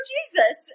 Jesus